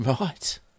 Right